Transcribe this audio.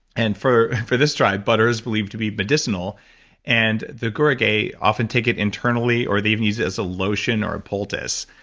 and for for this tribe, butter is believed to be medicinal and the gurage often take it internally or they even use it as a lotion or a poultice.